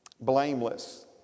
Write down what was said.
Blameless